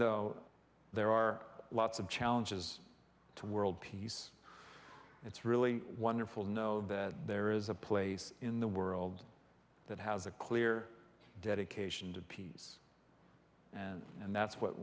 though there are lots of challenges to world peace it's really wonderful know that there is a place in the world that has a clear dedication to peace and that's what